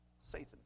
Satan